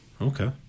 Okay